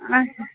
آچھا